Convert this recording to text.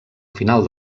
final